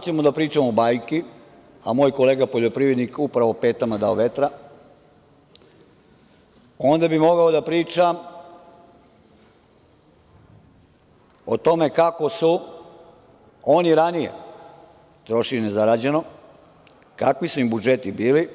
Ako ćemo da pričamo bajke, a moj kolega poljoprivrednik upravo petama dao vetra, onda bi mogao da pričam o tome kako su oni ranije trošili nezarađeno, kakvi su im budžeti bili,